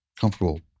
comfortable